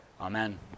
Amen